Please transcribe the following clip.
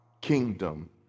kingdom